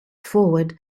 forward